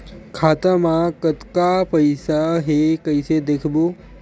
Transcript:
खाता मा कतका पईसा हे कइसे देखबो?